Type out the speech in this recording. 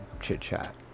chit-chat